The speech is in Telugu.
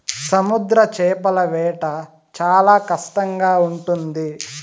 సముద్ర చేపల వేట చాలా కష్టంగా ఉంటుంది